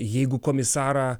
jeigu komisarą